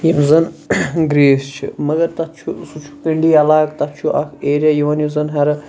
یِم زَن گرٛیٖس چھِ مگر تَتھ چھُ سُہ چھُ کٔٔنٛڈی عَلاقہٕ تَتھ چھُ اَکھ ایریا یِوان یُس زَن ہیٚرٕ